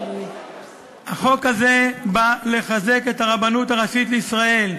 החוק הזה בא לחזק את הרבנות הראשית לישראל.